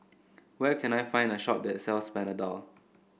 where can I find a shop that sells Panadol